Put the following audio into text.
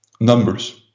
numbers